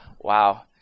Wow